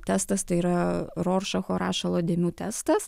testas tai yra roršacho rašalo dėmių testas